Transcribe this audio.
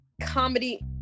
comedy